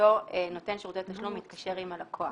שאותו נותן שירותי תשלום מתקשר עם הלקוח.